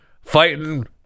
fighting